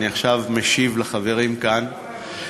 אני עכשיו משיב לחברים כאן,